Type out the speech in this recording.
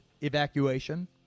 evacuation